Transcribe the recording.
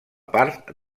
part